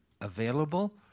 available